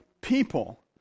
people